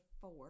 four